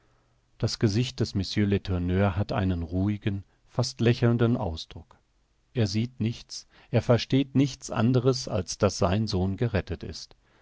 das gesicht des mr letourneur hat einen ruhigen fast lächelnden ausdruck er sieht nichts er versteht nichts anderes als daß sein sohn gerettet ist